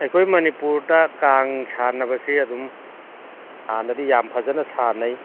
ꯑꯩꯈꯣꯏ ꯃꯅꯤꯄꯨꯔꯗ ꯀꯥꯡ ꯁꯥꯟꯅꯕꯁꯦ ꯑꯗꯨꯝ ꯍꯥꯟꯅꯗꯤ ꯌꯥꯝ ꯐꯖꯅ ꯁꯥꯟꯅꯩ